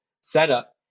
setup